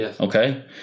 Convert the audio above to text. okay